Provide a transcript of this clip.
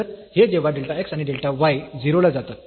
तर हे जेव्हा डेल्टा x आणि डेल्टा y 0 ला जातात